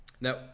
Now